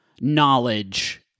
knowledge